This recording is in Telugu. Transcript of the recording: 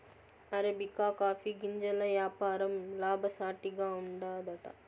అరబికా కాఫీ గింజల యాపారం లాభసాటిగా ఉండాదట